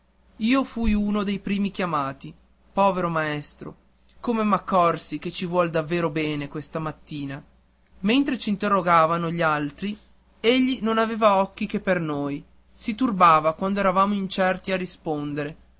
io fui uno dei primi chiamati povero maestro come m'accorsi che ci vuol bene davvero questa mattina mentre c'interrogavano gli altri egli non aveva occhi che per noi si turbava quando eravamo incerti a rispondere